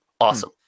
Awesome